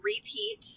repeat